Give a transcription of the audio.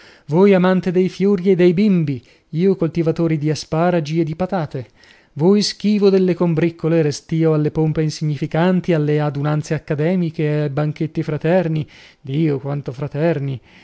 voi amante dei fiori e dei bimbi io coltivatore di asparagi e di patate voi schivo dalle combriccole restio alle pompe insignificanti alle adunanze accademiche ai banchetti fraterni dio